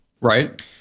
right